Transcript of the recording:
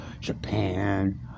Japan